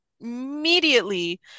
immediately